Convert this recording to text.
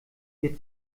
wir